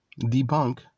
debunk